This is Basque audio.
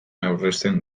aurrezten